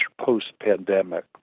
post-pandemic